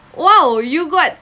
!wow! you got